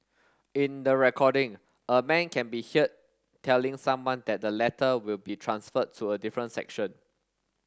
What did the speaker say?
in the recording a man can be telling someone that the latter will be transferred to a different section